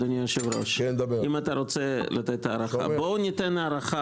אדוני היושב-ראש: בואו ניתן הארכה